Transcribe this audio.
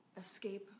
escape